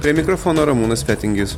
prie mikrofono ramūnas fetingis